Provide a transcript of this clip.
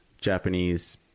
Japanese